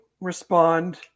respond –